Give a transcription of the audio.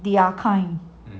their kind